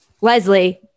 Leslie